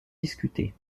discutées